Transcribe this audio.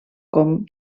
com